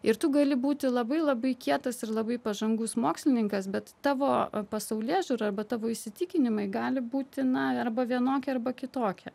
ir tu gali būti labai labai kietas ir labai pažangus mokslininkas bet tavo pasaulėžiūra bet tavo įsitikinimai gali būti na arba vienoki arba kitoki